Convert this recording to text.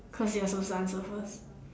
cause you are supposed to answer first